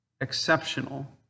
exceptional